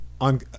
on